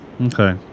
Okay